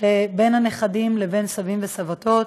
שבין נכדים לבין סבים וסבתות.